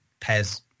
Pez